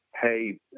hey